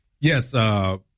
Yes